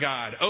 God